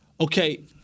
okay